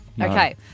Okay